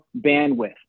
bandwidth